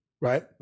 right